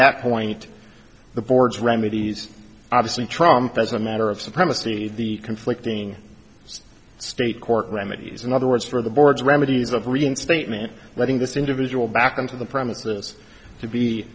that point the board's remedies obviously trump as a matter of supremacy the conflicting state court remedies in other words for the board's remedies of reinstatement letting this individual back into the premises to be